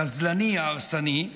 הגזלני, ההרסני,